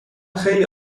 خیلی